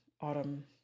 autumn